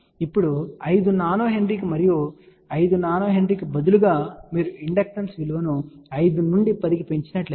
ఇప్పుడు 5 నానో హెన్రీకి మరియు 5 నానో హెన్రీ కి బదులుగా మీరు ఇండక్టెన్స్ల విలువను 5 నుండి 10 కి పెంచినట్లయితే